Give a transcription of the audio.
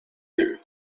you